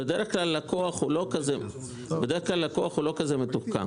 אבל בדרך כלל הלקוח הוא לא כזה מתוחכם.